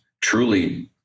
truly